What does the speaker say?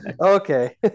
okay